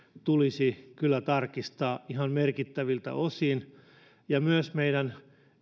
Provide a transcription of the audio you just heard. tulisi tarkistaa ihan merkittäviltä osin myös meidän